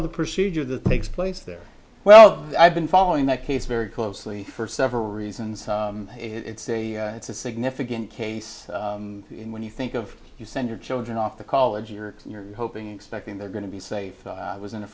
of the procedure that takes place there well i've been following that case very closely for several reasons and it's a it's a significant case when you think of you send your children off to college you're hoping expecting they're going to be safe i was in a